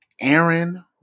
Aaron